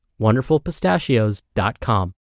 wonderfulpistachios.com